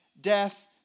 death